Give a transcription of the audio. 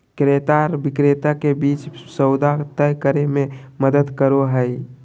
क्रेता आर विक्रेता के बीच सौदा तय करे में मदद करो हइ